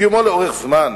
קיומו לאורך זמן